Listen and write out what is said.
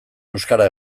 euskara